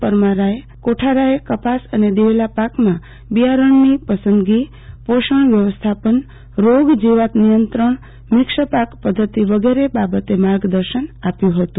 પરમારે કોઠારાએ કપાસ અને દિવેલાપાકમાં બિયારણની પસંદગી પોષણ વ્યવસ્થાપન રોગજિવાત નિયંત્રણ મિક્ષ પાક પધ્ધતિ વગેરે બાબતે માર્ગદર્શનઆપ્યું હતું